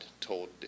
told